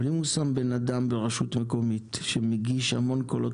אבל אם הוא שם בן אדם ברשות מקומית שמגיש המון קולות